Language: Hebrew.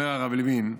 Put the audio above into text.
אומר הרב לוין,